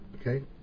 okay